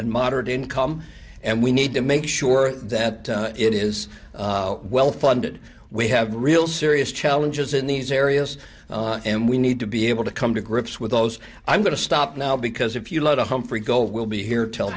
and moderate income and we need to make sure that it is well funded we have real serious challenges in these areas and we need to be able to come to grips with those i'm going to stop now because if you let a humphrey goal will be here till